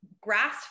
grass